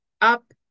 up